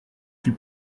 fut